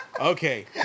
Okay